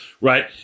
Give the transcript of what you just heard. right